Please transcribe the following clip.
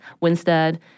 Winstead